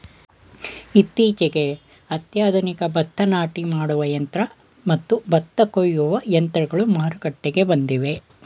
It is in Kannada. ಇತ್ತೀಚೆಗೆ ಅತ್ಯಾಧುನಿಕ ಭತ್ತ ನಾಟಿ ಮಾಡುವ ಯಂತ್ರ ಮತ್ತು ಭತ್ತ ಕೊಯ್ಯುವ ಯಂತ್ರಗಳು ಮಾರುಕಟ್ಟೆಗೆ ಬಂದಿವೆ